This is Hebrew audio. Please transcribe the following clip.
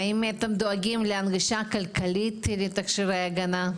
האם אתם דואגים להנגשה כלכלית לתכשירי הגנה?